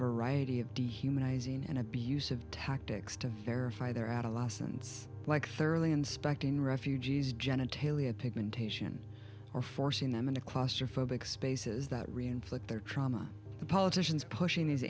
variety of dehumanizing and abusive tactics to verify their adolescence like thoroughly inspecting refugees genitalia pigmentation or forcing them into claustrophobic spaces that re inflict their trauma the politicians pushing these